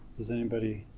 does anybody?